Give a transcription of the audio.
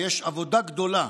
ויש עבודה גדולה,